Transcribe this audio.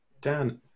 dan